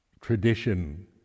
tradition